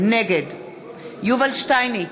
נגד יובל שטייניץ,